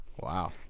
Wow